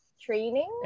training